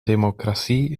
democratie